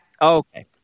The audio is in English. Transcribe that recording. Okay